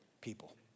people